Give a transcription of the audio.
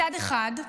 מצד אחד,